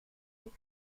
suis